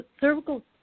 cervical